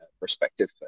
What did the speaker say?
perspective